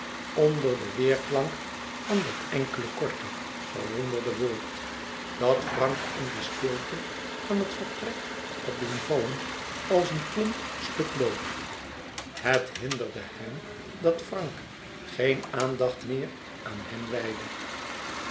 onder den weêrklank van dat enkele korte verwonderde woord dat frank in de stilte van het vertrek had doen vallen als een plomp stuk lood het hinderde hem dat frank geen aandacht meer aan hem wijdde